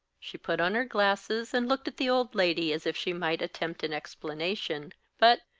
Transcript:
she put on her glasses, and looked at the old lady as if she might attempt an explanation, but,